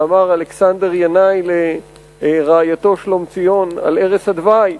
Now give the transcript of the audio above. כפי שאמר אלכסנדר ינאי לרעייתו שלומציון על ערש הדווי,